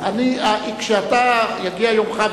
כשיגיע יומך,